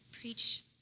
preach